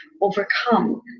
overcome